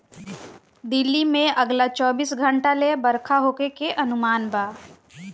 दिल्ली में अगला चौबीस घंटा ले बरखा होखे के अनुमान बा